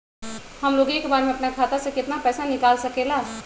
हमलोग एक बार में अपना खाता से केतना पैसा निकाल सकेला?